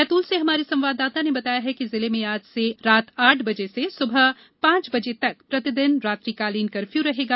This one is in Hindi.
बैतूल से हमारे संवाददाता ने बताया कि जिले में आज से रात आठ बजे से सुबह पांच बजे तक प्रतिदिन रात्रिकालीन कर्फ्यू रहेगा